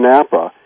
Napa